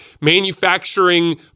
manufacturing